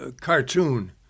cartoon